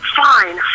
fine